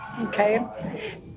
okay